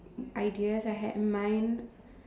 ideas I had in mind